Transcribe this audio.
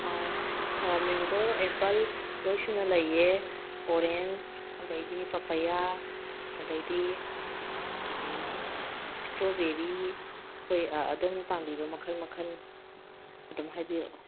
ꯑꯧ ꯑꯣ mango apple ꯂꯣꯏ ꯁꯨꯅ ꯂꯩꯌꯦ ꯑꯣꯔꯦꯟꯁ ꯑꯗꯩꯗꯤ ꯄꯄꯌꯥ ꯑꯗꯩꯗꯤ ꯏꯁꯇ꯭ꯔꯣꯕꯦꯔꯤ ꯑꯩꯈꯣꯏ ꯑꯗꯣꯝꯅ ꯄꯥꯝꯕꯤꯕ ꯃꯈꯜ ꯃꯈꯜ ꯑꯗꯨꯝ ꯍꯥꯏꯕꯤꯔꯛꯑꯣ